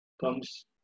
comes